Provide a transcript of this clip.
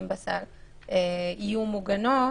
יהיו מוגנות